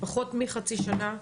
לפני פחות מחצי שנה,